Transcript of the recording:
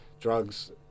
drugs